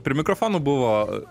prie mikrofonų buvo